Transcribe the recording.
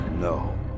No